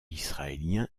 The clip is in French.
israélien